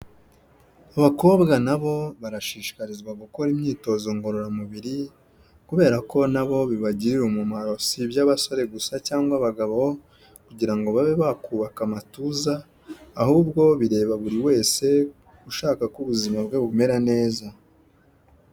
Abakobwa na bo barashishikarizwa gukora imyitozo ngororamubiri kubera ko nabo bibagirira umumaro si iby'abasore gusa cyangwa abagabo .Kugira ngo babe bakubaka amatuza ahubwo bireba buri wese ushaka ko ubuzima bwe bumera neza.